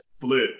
flip